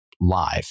live